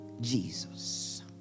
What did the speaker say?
Jesus